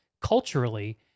culturally